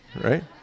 right